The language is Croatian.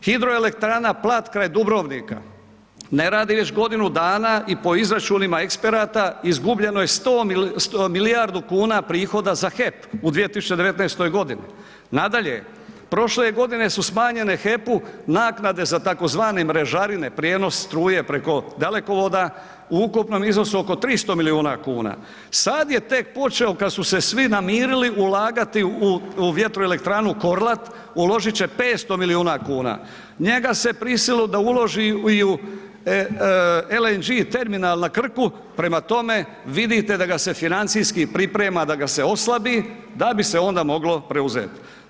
Hidroelektrana Plat kraj Dubrovnika ne radi već godinu dana i po izračunima eksperata izgubljeno je milijardu kuna prihoda za HEP u 2019.g. Nadalje, prošle godine su smanjene HEP-u naknade za tzv. mrežarine, prijenos struje preko dalekovoda u ukupnom iznosu oko 300 milijuna kuna, sad je tek počeo kad su se svi namirili ulagati u, u vjetoelektranu Korlat, uložit će 500 milijuna kuna, njega se prisililo da uloži i u LNG terminal na Krku, prema tome vidite da ga se financijski priprema da ga se oslabi, da bi se onda moglo preuzet.